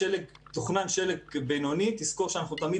תוכנן שלג בינוני תזכור שאנחנו תמיד